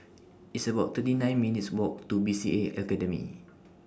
It's about thirty nine minutes' Walk to B C A Academy